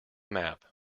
map